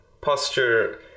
posture